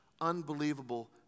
unbelievable